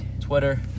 Twitter